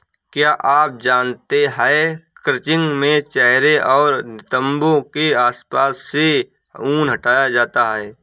क्या आप जानते है क्रचिंग में चेहरे और नितंबो के आसपास से ऊन हटाया जाता है